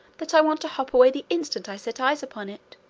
that i want to hop away the instant i set eyes upon it.